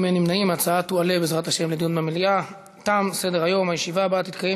ההצעה לכלול את הנושא בסדר-היום של הכנסת